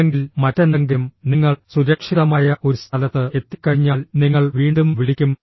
അല്ലെങ്കിൽ മറ്റെന്തെങ്കിലും നിങ്ങൾ സുരക്ഷിതമായ ഒരു സ്ഥലത്ത് എത്തിക്കഴിഞ്ഞാൽ നിങ്ങൾ വീണ്ടും വിളിക്കും